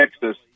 Texas